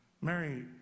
Mary